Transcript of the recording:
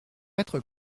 être